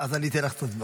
אז אני אתן לך יותר זמן.